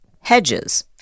hedges